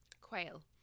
quail